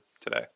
today